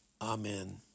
Amen